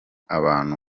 abantu